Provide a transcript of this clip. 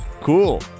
Cool